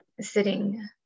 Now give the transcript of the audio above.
sitting